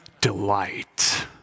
delight